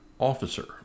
officer